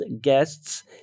guests